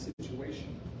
situation